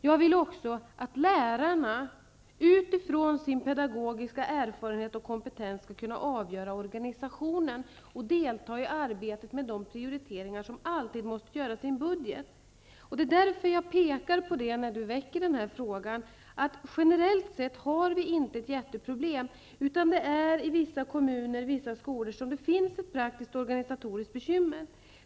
Jag vill också att lärarna utifrån sin pedagogiska erfarenhet och kompetens skall få bestämma om organisationen och delta i arbetet med de prioriteringar som alltid måste göras i en budget. Det är därför jag pekar på, när Eva Johansson ställer denna fråga, att vi inte ett jätteproblem generellt sett, utan att det i vissa kommuner, i vissa skolor, finns ett praktiskt organisatoriskt bekymmer.